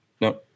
no